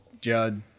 judd